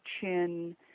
Chin